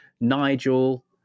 Nigel